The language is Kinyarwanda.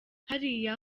hariya